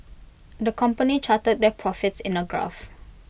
the company charted their profits in A graph